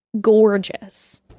gorgeous